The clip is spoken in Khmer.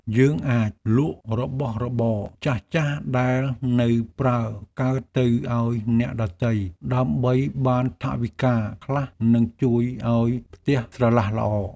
យើងអាចលក់របស់របរចាស់ៗដែលនៅប្រើកើតទៅឱ្យអ្នកដទៃដើម្បីបានថវិកាខ្លះនិងជួយឱ្យផ្ទះស្រឡះល្អ។